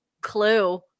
clue